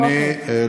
אוקיי.